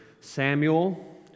Samuel